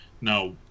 now